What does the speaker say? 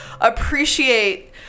appreciate